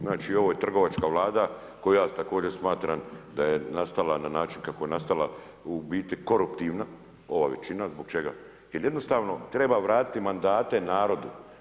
Znači, ovo je trgovačka Vlada koja također, smatram da je nastala na način kako je nastala, u biti, koruptivna, ova većina jer jednostavno treba vratiti mandate narodu.